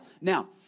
Now